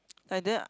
like that